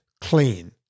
clean